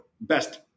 best